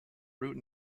root